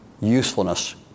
usefulness